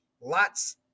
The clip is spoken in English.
lots